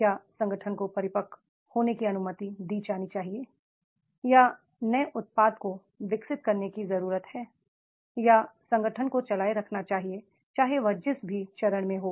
क्या संगठन को परिपक्व होने की अनुमति दी जानी चाहिए या नए उत्पाद को विकसित करने की आवश्यकता है या संगठन को चलाए रखना चाहिए चाहे वह जिस भी चरण में हो